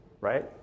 right